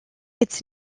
its